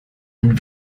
den